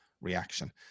reaction